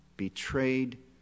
betrayed